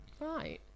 Right